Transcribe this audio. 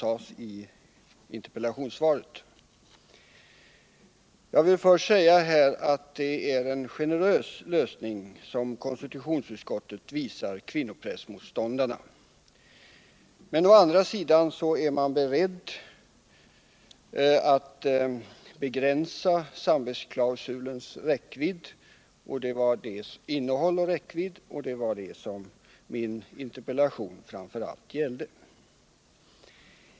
Å ena sidan är det en generös lösning som konstitutionsutskottet visar kvinnoprästmotståndarna. Men å andra sidan är man beredd att begränsa samvetsklausulens innehåll och räckvidd, och det var det min interpellation framför allt gällde.